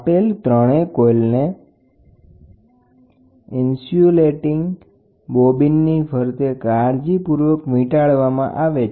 આપેલ ત્રણે કોઈલને ઇન્સ્યુલેટીંગ બોબીનની ફરતે કાળજીપૂર્વક વિંટાળવામાં આવે છે